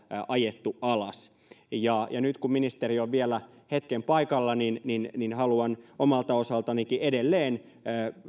ajettu alas nyt kun ministeri on vielä hetken paikalla haluan omalta osaltanikin edelleen